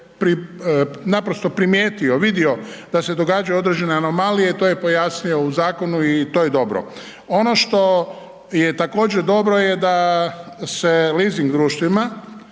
naprosto primijetio, vidio da se događaju određene anomalije i to je pojasnio u zakonu i to je dobro. Ono što je također dobro je da se leasing društvima